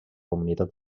comunitat